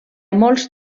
molts